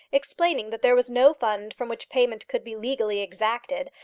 explaining that there was no fund from which payment could be legally exacted,